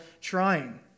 trying